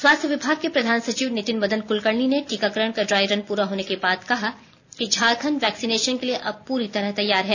स्वास्थ विभाग के प्रधान सचिव नितिन मदन कुलकर्णी ने टीकाकरण का ड्राईरन पूरे होने के बाद कहा कि झारखंड वैक्सीनेशन के लिए अब पूरी तरह तैयार है